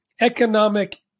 economic